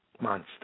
monster